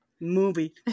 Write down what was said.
movie